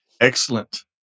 Excellent